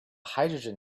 hydrogen